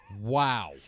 Wow